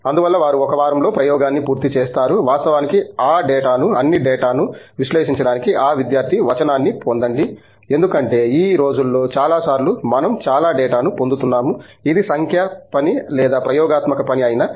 అందువల్ల వారు ఒక వారంలో ప్రయోగాన్ని పూర్తి చేస్తారు వాస్తవానికి ఆ డేటాను అన్ని డేటాను విశ్లేషించడానికి ఆ విద్యార్థి వచనాన్ని పొందండి ఎందుకంటే ఈ రోజుల్లో చాలా సార్లు మనం చాలా డేటాను పొందుతున్నాము ఇది సంఖ్యా పని లేదా ప్రయోగాత్మక పని అయినా